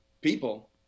People